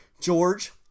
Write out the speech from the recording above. George